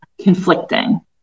conflicting